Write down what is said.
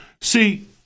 See